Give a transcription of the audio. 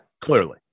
clearly